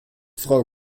frau